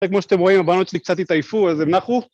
כמו שאתם רואים, הבנות שלי קצת התעייפו, אז הם נחו.